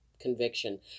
conviction